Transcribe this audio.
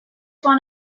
want